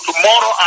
tomorrow